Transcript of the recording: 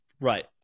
Right